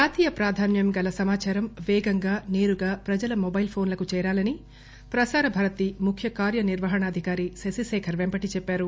జాతీయ ప్రాధాన్యంగల సమాచారం పేగంగా సేరుగా ప్రజల మొబైల్ ఫోన్లకు చేరాలని ప్రసారభారతి ముఖ్య కార్యనిర్వహణాధికారి శశి శేఖర్ పెంపటి చెప్పారు